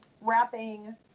wrapping